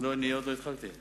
לא, עוד לא התחלתי.